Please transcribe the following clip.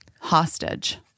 hostage